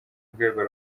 rwego